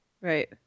Right